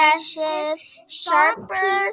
sharper